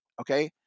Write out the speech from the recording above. Okay